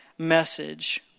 Message